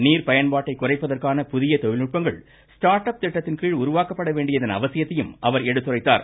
நீர் பயன்பாட்டை குறைப்பதற்கான புதிய தொழில் நுட்பங்கள் ஸ்டார்ட்அப் திட்டத்தின் கீழ் உருவாக்கப்பட வேண்டியதன் அவசியத்தையும் அவர் எடுத்துரைத்தார்